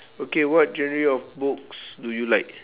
okay what genre of books do you like